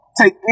take